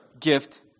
gift